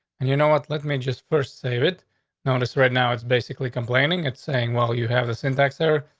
and you know what? let me just first save it notice. right now. it's basically complaining. it's saying, well, you have a syntax there.